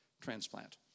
transplant